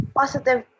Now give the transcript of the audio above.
positive